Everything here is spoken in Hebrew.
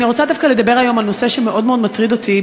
אני רוצה דווקא לדבר היום על נושא שמאוד מאוד מטריד אותי.